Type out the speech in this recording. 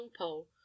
longpole